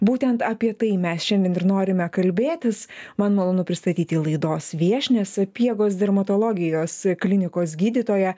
būtent apie tai mes šiandien ir norime kalbėtis man malonu pristatyti laidos viešnią sapiegos dermatologijos klinikos gydytoją